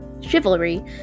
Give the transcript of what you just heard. chivalry